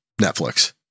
Netflix